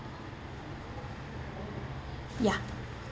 ya